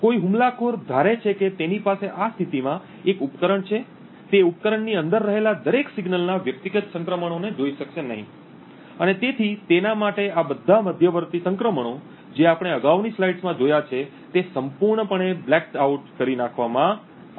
કોઈ હુમલાખોર ધારે છે કે તેની પાસે આ સ્થિતિમાં એક ઉપકરણ છે તે ઉપકરણની અંદર રહેલા દરેક સિગ્નલના વ્યક્તિગત સંક્રમણોને જોઈ શકશે નહીં અને તેથી તેના માટે આ બધા મધ્યવર્તી સંક્રમણો જે આપણે અગાઉની સ્લાઇડમાં જોયા છે તે સંપૂર્ણપણે બ્લેકડ આઉટ કરી નાખવામાં આવ્યા છે